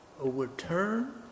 overturn